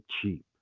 cheap